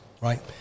right